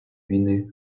війни